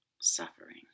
suffering